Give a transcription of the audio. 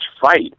fight